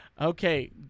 Okay